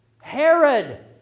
Herod